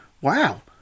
wow